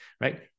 right